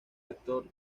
actor